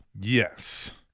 Yes